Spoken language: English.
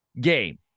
game